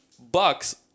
Bucks